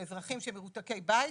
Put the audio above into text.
שאזרחים שהם מרותקי בית,